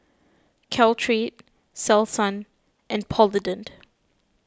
Caltrate Selsun and Polident